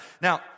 now